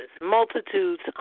Multitudes